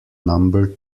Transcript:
number